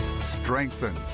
strengthen